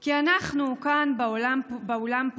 כי אנחנו כאן באולימפוס